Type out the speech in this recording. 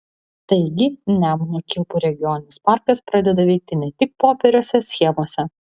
taigi nemuno kilpų regioninis parkas pradeda veikti ne tik popieriuose schemose